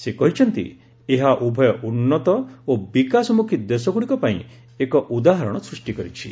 ସେ କହିଛନ୍ତି ଏହା ଉଭୟ ଉନ୍ନତ ଓ ବିକାଶମୁଖୀ ଦେଶଗୁଡ଼ିକ ପାଇଁ ଏକ ଉଦାହରଣ ସୃଷ୍ଟି କରିଛି